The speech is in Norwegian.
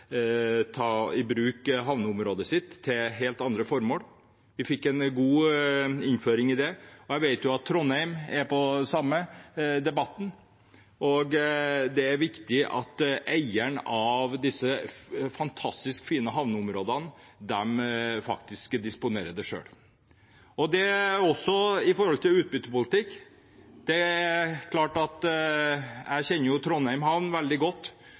ta i bruk havneområdet sitt til helt andre formål. Vi fikk en god innføring i det. Jeg vet at Trondheim har den samme debatten. Det er viktig at eierne av disse fantastisk fine havneområdene disponerer dem selv. Det